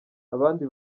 abandi